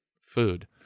food